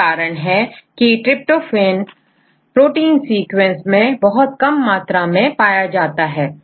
यही कारण है की tryptophane प्रोटीन सीक्वेंस में बहुत कम मात्रा में पाया जाता है